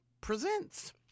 presents